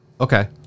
Okay